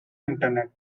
internet